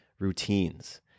routines